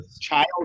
child